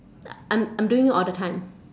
I'm I'm doing it all the time